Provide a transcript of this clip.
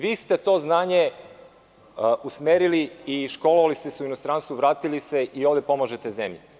Vi ste to znanje usmerili i školovali ste se u inostranstvu, vratili se i ovde pomažete zemlji.